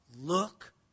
Look